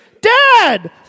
Dad